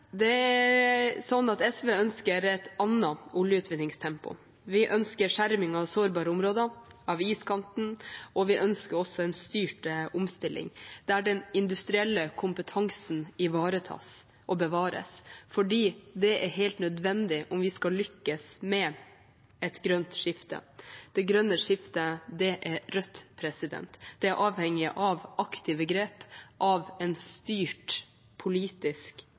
SV ønsker et annet oljeutvinningstempo. Vi ønsker skjerming av sårbare områder, av iskanten, og vi ønsker også en styrt omstilling der den industrielle kompetansen ivaretas og bevares, fordi det er helt nødvendig om vi skal lykkes med et grønt skifte. Det grønne skiftet er rødt. Det er avhengig av aktive grep, av en styrt politisk